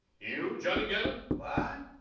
you, johnny gannon?